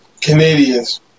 Canadians